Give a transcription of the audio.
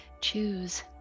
choose